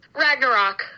Ragnarok